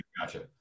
gotcha